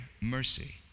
mercy